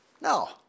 No